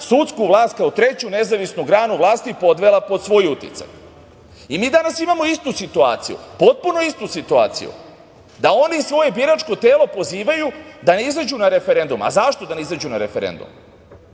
sudsku vlast kao treću nezavisnu granu vlasti, podvela pod svoj uticaj. Mi danas imamo istu situaciju, potpuno istu situaciju, da oni svoje biračko telo pozivaju da ne izađu na referendum. Zašto da ne izađu na referendum,